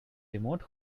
remote